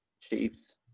Chiefs